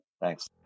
thanks